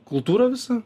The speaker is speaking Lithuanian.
kultūra visa